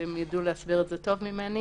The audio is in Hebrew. הם ידעו להסביר את זה טוב ממני.